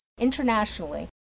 internationally